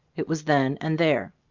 it was then and there.